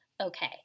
Okay